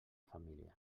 família